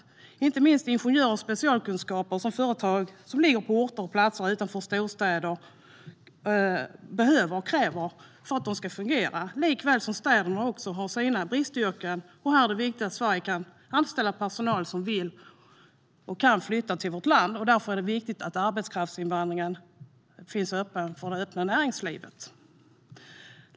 Detta gäller inte minst ingenjörer och specialkunskaper som företag som ligger på orter och platser utanför storstäderna behöver och kräver för att kunna fungera. Likaså har städerna sina bristyrken. Det är viktigt att Sverige kan anställa personal som vill och kan flytta till vårt land, och därför är det också viktigt med arbetskraftsinvandring för ett öppet näringsliv.